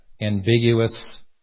Ambiguous